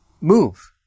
move